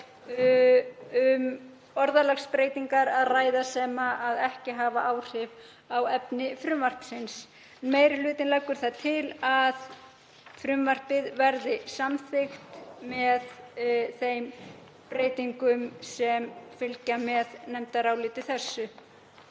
um orðalagsbreytingar að ræða sem ekki hafa áhrif á efni frumvarpsins. Meiri hlutinn leggur til að frumvarpið verði samþykkt með þeim breytingum sem fylgja með nefndarálitinu.